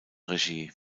regie